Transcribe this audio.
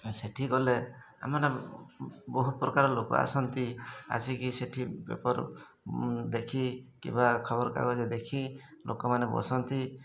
ସେଠିକି ଗଲେ ଆମର ବହୁ ପ୍ରକାର ଲୋକ ଆସନ୍ତି ଆସିକି ସେଠି ପେପର୍ ଦେଖି କିମ୍ବା ଖବରକାଗଜ ଦେଖି ଲୋକମାନେ ବସନ୍ତି